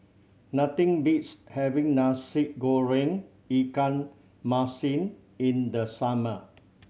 nothing beats having Nasi Goreng ikan masin in the summer